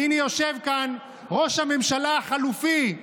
והינה, יושב כאן ראש הממשלה החלופי,